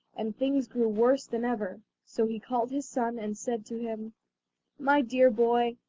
and things grew worse than ever, so he called his son and said to him my dear boy,